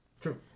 True